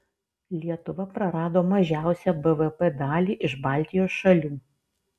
lietuva prarado mažiausią bvp dalį iš baltijos šalių